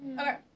Okay